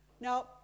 Now